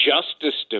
Justice